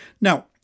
Now